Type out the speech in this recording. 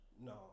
No